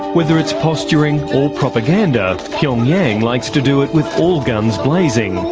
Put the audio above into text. whether it's posturing or propaganda, pyongyang likes to do it with all guns blazing.